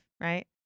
right